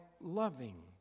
loving